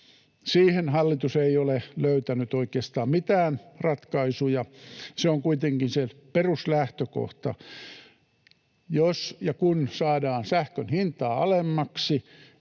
Siihen hallitus ei ole löytänyt oikeastaan mitään ratkaisuja. Se on kuitenkin se peruslähtökohta. Jos ja kun saadaan sähkön hintaa alemmaksi